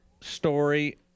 story